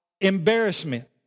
embarrassment